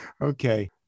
okay